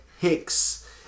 Hicks